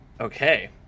okay